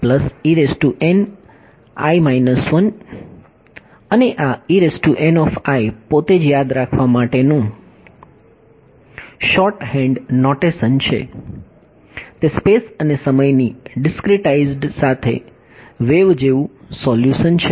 અને આ પોતે જ યાદ રાખવા માટેનું શોર્ટહેન્ડ નૉટેશન છે તે સ્પેસ અને સમયની ડિસ્કરીટાઇઝ્ડ સાથે વેવ જેવું સોલ્યુશન છે